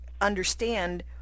understand